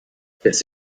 das